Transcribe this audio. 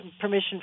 permission